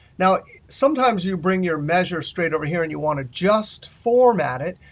now sometimes you bring your measure straight over here and you want to just format it,